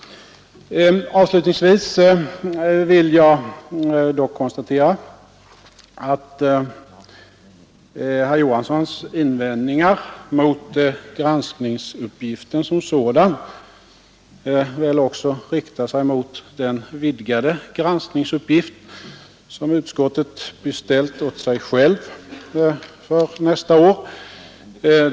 t Torsdagen den Avslutningsvis vill jag dock konstatera att herr Johanssons invändning 26 april 1973 ar mot granskningsuppgiften som sådan väl också riktar sig mot den — vidgade granskningsuppgift som utskottet beställt åt sig självt för nästa — Granskning av statsrådens ämbetsutöv år.